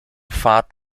fahrt